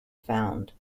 found